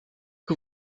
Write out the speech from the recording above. que